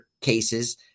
cases